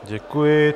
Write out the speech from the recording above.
Děkuji.